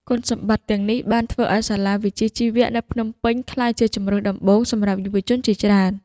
គុណសម្បត្តិទាំងនេះបានធ្វើឱ្យសាលាវិជ្ជាជីវៈនៅភ្នំពេញក្លាយជាជម្រើសដំបូងសម្រាប់យុវជនជាច្រើន។